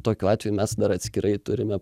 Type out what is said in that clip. tokiu atveju mes dar atskirai turime